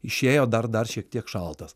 išėjo dar dar šiek tiek šaltas